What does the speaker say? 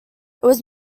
was